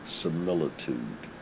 similitude